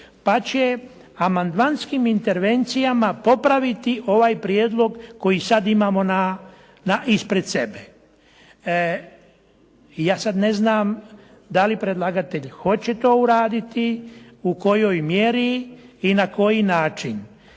pa će amandmanskim intervencijama popraviti ovaj prijedlog koji sad imamo ispred sebe. Ja sad ne znam da li predlagatelj hoće to uraditi, u kojoj mjeri i na koji način.